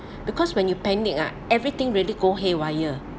because when you panic ah everything really go haywire